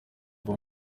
kuva